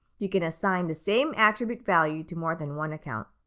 you can assign the same attribute value to more than one account.